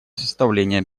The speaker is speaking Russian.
составления